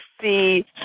see